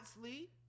sleep